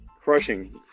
crushing